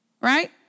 Right